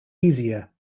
easier